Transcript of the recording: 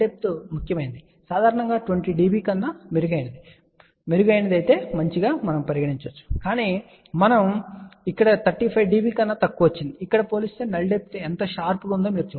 వాస్తవానికి సాధారణంగా 20 dB కన్నా మెరుగైనది మంచిదిగా పరిగణించబడుతుంది కాని మనము ఇక్కడ 35 dB కన్నా తక్కువ వచ్చింది ఇక్కడ పోలిస్తే నల్ డెప్త్ ఎంత షార్ప్ గా ఉందో మీరు చూడవచ్చు